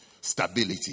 Stability